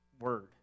word